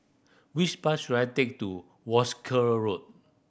which bus should I take to Wolskel Road